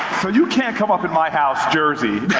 so you can't come up in my house, jersey,